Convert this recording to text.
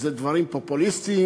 זה דברים פופוליסטיים,